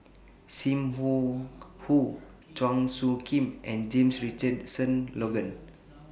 SIM Wong Hoo Chua Soo Khim and James Richardson Logan